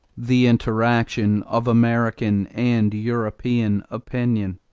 the interaction of american and european opinion